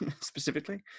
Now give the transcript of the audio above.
specifically